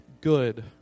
good